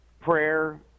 prayer